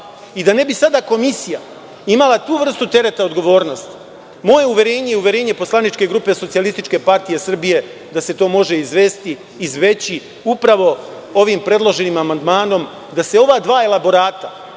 i da ne bi sada komisija imala tu vrstu tereta odgovornosti, moje uverenje i uverenje poslaničke grupe SPS je da se to može izbeći upravo ovim predloženim amandmanom, da se ova dva elaborata